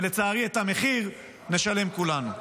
ולצערי, את המחיר נשלם כולנו.